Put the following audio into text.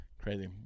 crazy